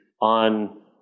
on